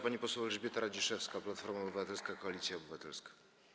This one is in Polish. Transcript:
Pani poseł Elżbieta Radziszewska, Platforma Obywatelska - Koalicja Obywatelska.